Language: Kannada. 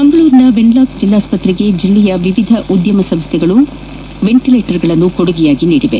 ಮಂಗಳೂರಿನ ವೆನ್ಹಾಕ್ ಜಿಲ್ಡಾಸ್ಪತ್ರೆಗೆ ಜಿಲ್ಲೆಯ ವಿವಿಧ ಉದ್ಯಮ ಸಂಸ್ಗೆಗಳು ವೆಂಟಿಲೇಟರ್ ಗಳನ್ನು ಕೊಡುಗೆಯಾಗಿ ನೀಡಿವೆ